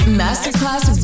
masterclass